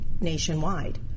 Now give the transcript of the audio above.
nationwide